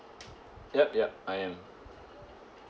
yup yup I am